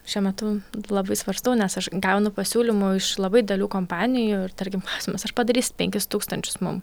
šiuo metu labai svarstau nes aš gaunu pasiūlymų iš labai didelių kompanijų ir tarkim klausimas ar padarys penkis tūkstančius mum